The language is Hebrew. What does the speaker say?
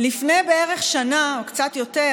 לפני בערך שנה או קצת יותר,